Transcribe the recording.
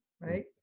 right